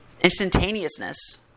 instantaneousness